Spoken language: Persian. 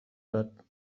داد